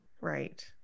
right